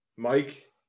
Mike